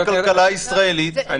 לכלכלה הישראלית.